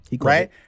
right